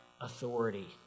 authority